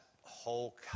whole